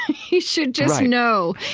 he should just know.